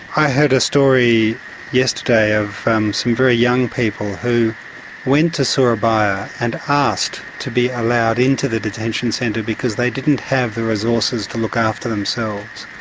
i heard a story yesterday of some very young people who went to surabaya and asked to be allowed into the detention centre because they didn't have the resources to look after themselves.